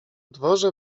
dworze